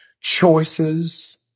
Choices